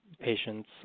patients